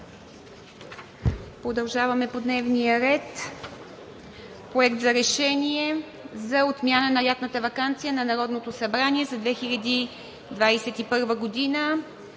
Продължаваме по дневния ред: